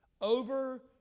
over